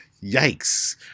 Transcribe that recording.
yikes